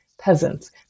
peasants